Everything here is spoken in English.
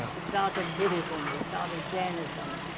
ah the start of buddhism. the start of jainism.